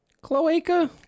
Cloaca